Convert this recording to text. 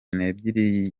nebyiri